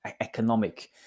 economic